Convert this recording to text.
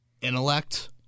intellect